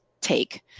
take